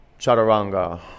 Chaturanga